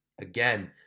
again